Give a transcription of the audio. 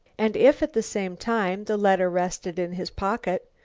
and if, at the same time, the letter rested in his pocket,